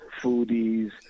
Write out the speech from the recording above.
foodies